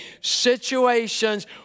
situations